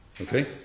okay